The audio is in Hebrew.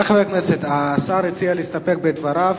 חברי חברי הכנסת, השר הציע להסתפק בדבריו.